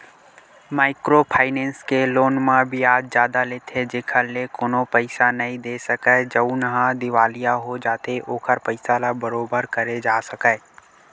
micro finance के loan म बियाज जादा लेथे जेखर ले कोनो पइसा नइ दे सकय जउनहा दिवालिया हो जाथे ओखर पइसा ल बरोबर करे जा सकय